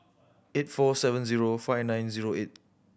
eight four seven zero five nine zero eight